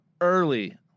early